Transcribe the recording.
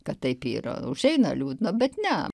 kad taip yra užeina liūdna bet ne